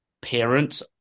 parents